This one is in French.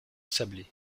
sablé